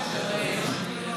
חבר הכנסת פורר.